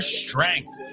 strength